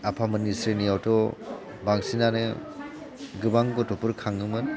आफामोननि स्रेनिआवथ' बांसिनानो गोबां गथ'फोर खाङोमोन